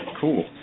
Cool